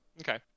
okay